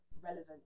relevant